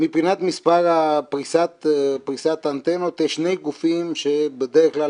מבחינת פריסת האנטנות יש שני גופים שבדרך כלל